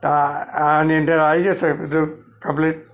તો આ આની અંદર આવી જશે બધું કમ્પ્લીટ